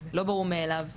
לא ברור מאליו.